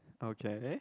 okay